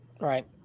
Right